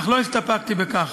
אך לא הסתפקתי בכך.